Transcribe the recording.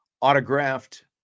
autographed